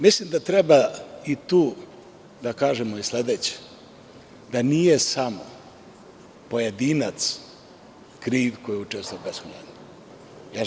Mislim da treba i tu da kažemo i sledeće, da nije sam pojedinac kriv koji je učestvovao u bespravnu gradnju.